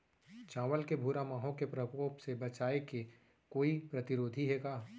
चांवल के भूरा माहो के प्रकोप से बचाये के कोई प्रतिरोधी हे का?